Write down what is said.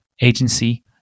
agency